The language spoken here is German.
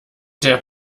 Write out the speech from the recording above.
der